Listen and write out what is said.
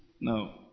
no